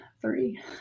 three